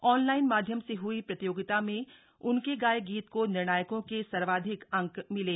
online माध्यम से हई प्रतियोगिता में उनके गाए गीत को निर्णायकों के सर्वाधिक अंक मिले